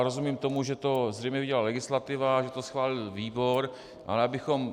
Rozumím tomu, že to zřejmě udělala legislativa, že to schválil výbor, ale abychom...